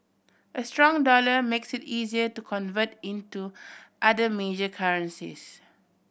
a strong dollar makes it easier to convert into other major currencies